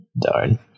Darn